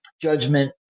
judgment